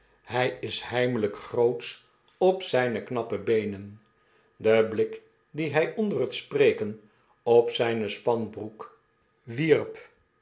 hy is heimelyk grootsch op zyne knappe beenen de blik dien ny onder net spreken op zijne spanbroek wierp